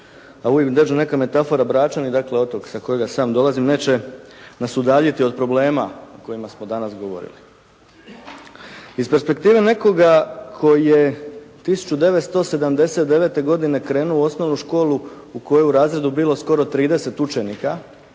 a uvijek dođu neka metafora Bračani, dakle otok sa kojega sam dolazim neće nas udaljiti od problema o kojima smo danas govorili. Iz perspektive nekoga koji je 1979. godine krenuo u osnovnu školu u kojoj je u razredu bilo skoro 30 učenika,